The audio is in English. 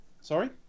Sorry